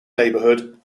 neighbourhood